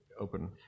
open